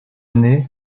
année